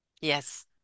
Yes